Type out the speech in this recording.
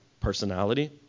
personality